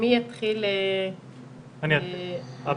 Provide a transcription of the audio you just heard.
בבקשה.